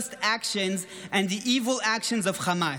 actions and the evil actions of Hamas.